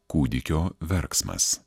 kūdikio verksmas